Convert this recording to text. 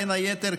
בין היתר,